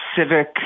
civic